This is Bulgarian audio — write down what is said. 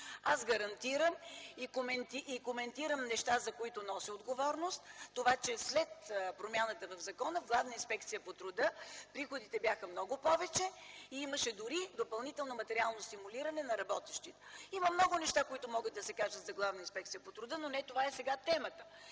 Аз гарантирам и коментирам неща, за които нося отговорност: това че след промяната в закона в Главна инспекция по труда приходите бяха много повече и имаше дори допълнително материално стимулиране за работещи. Има много неща, които могат да се кажат за Главна инспекция по труда, но не това е сега темата.